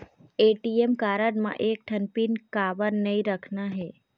ATM card म एक ठन पिन काबर नई रखना हे?